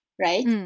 Right